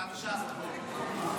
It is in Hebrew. אתה מש"ס, נכון?